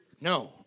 No